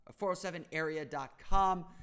407area.com